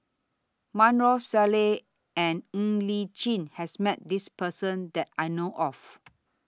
Maarof Salleh and Ng Li Chin has Met This Person that I know of